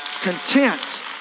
content